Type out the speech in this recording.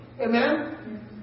Amen